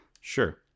Sure